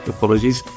Apologies